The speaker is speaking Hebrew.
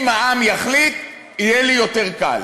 אם העם יחליט, יהיה לי יותר קל.